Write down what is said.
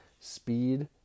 speed